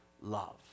love